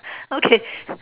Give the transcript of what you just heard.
okay